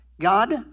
God